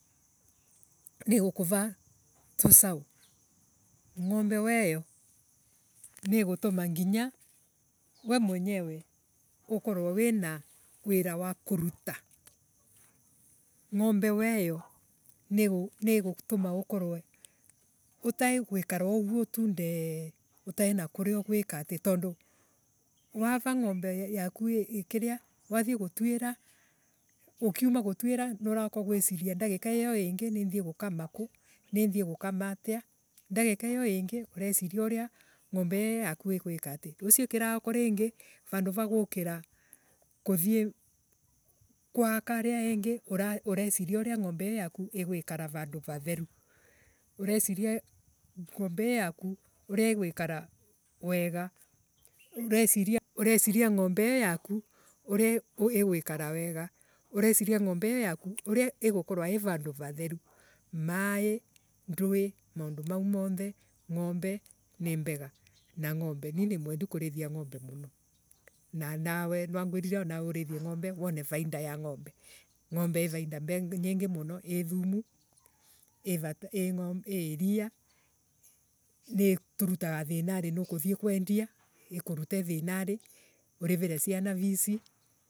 Nii gukura tucau ngombe weeyo niigutuma nginya we mwenyewe ukurwe wina wira wa. Kuvuta. Ngombe wa iiyo niigutuma. Ukurwe utaiguikarwa woogwo tu ndeee utainakuria uguikati tondu wara ngombe yaku kina. wathie gutuira ukiuma gutuira nourauka guiciria dogika iyo. Iingi ninthie gukama. Ninthie gukama atia dagika iyo ingi ureciria uria ngombe iyo yaku, igwi kati. Rucio kirauko ringi vanduva gukira kuthii kwa aka aria engi ureciria uria ngombe iyo iguiikara. Vandu vatheru wega. Ureciria ngombe iyo yaku uria igukorwa ii vandu vatheru maii ndwi maundu mau monthe ngombe nimbega na ngombe nie nimwendu kurethia ngombe na anawe na ngwirire urethie ngombe wone vaida ya ngombe. Ngombe ii vaida nyingi muni ii thumu ii iria ni iturutaga thinari nukuthie kwendia ikurute thanri. urivire ciana fees.